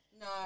No